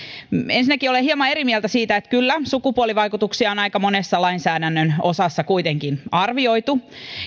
ensinnäkin olen hieman eri mieltä siitä että kyllä sukupuolivaikutuksia on aika monessa lainsäädännön osassa kuitenkin arvioitu